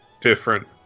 different